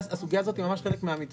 הסוגיה הזאת היא ממש חלק מהמתווה.